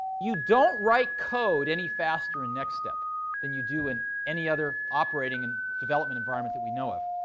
you don't write code any faster in nextstep than you do in any other operating and development environment that we know of.